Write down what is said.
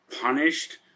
punished